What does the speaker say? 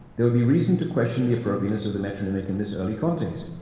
there would be reason to question the appropriateness of the metronymic in this early context.